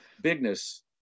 bigness